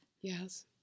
Yes